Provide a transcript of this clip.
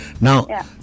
Now